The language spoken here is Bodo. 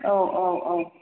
औ औ औ